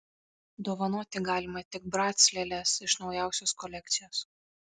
dovanoti galima tik brac lėles iš naujausios kolekcijos